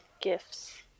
gifts